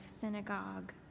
Synagogue